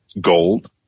gold